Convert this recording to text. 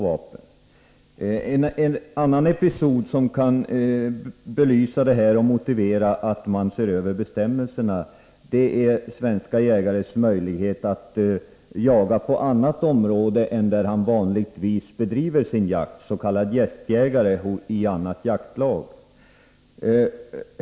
Ett annat exempel som kan belysa förhållandena och motivera en översyn av bestämmelserna är den svenske jägarens möjlighet att jaga på annat område än där han vanligtvis bedriver sin jakt, dvs. vara s.k. gästjägare i annat jaktlag.